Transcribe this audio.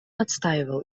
отстаивал